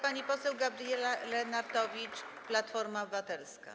Pani poseł Gabriela Lenartowicz, Platforma Obywatelska.